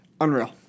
unreal